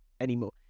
anymore